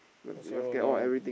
die one